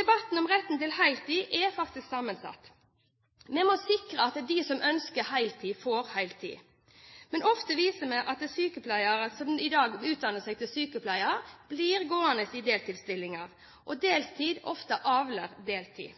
Debatten om retten til heltid er sammensatt. Vi må sikre at de som ønsker heltid, får heltid. Men ofte ser vi at de som i dag utdanner seg til sykepleier, blir gående i deltidsstillinger, og deltid avler